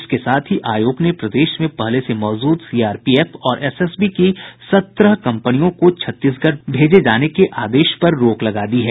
इसके साथ ही आयोग ने प्रदेश में पहले से मौजूद सीआरपीएफ और एसएसबी की सत्रह कम्पनियों को छत्तीसगढ़ भेजे जाने के आदेश पर रोक लगा दी है